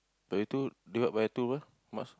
thirty two divide by two berapa must